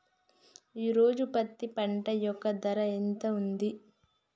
ఈ రోజు పత్తి పంట యొక్క ధర ఎంత ఉంది?